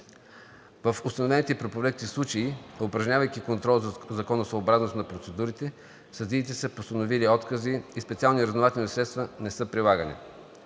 В установените при проверките случаи, упражнявайки контрол за законосъобразност на процедурите, съдиите са постановили откази и специални разузнавателни средства не са прилагани.